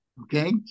Okay